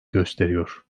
gösteriyor